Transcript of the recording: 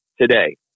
today